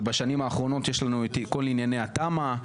ובשנים האחרונות יש לנו את כל ענייני התמ"א,